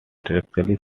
structurally